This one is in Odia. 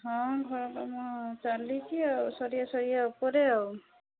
ହଁ ଘର କାମ ଚାଲିଛି ଆଉ ସରିବା ସରିବା ଉପରେ ଆଉ